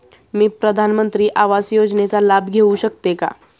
मी प्रधानमंत्री आवास योजनेचा लाभ घेऊ शकते का?